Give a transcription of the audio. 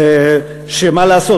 מה לעשות?